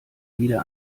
wieder